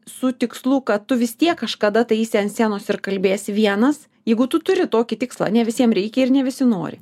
su tikslu kad tu vis tiek kažkada tai eisi ant scenos ir kalbės vienas jeigu tu turi tokį tikslą ne visiem reikia ir ne visi nori